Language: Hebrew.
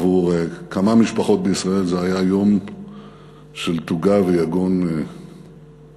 עבור כמה משפחות בישראל זה היה יום של תוגה ויגון נוראיים: